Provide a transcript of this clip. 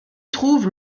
trouve